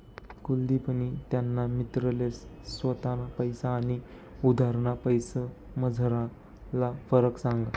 कुलदिपनी त्याना मित्रले स्वताना पैसा आनी उधारना पैसासमझारला फरक सांगा